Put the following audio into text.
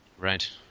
Right